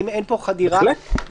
אם אין פה חדירה מוגזמת.